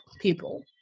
people